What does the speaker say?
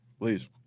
Please